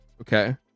okay